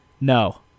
No